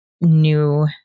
new